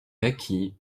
acquit